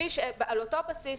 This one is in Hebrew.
על אותו בסיס,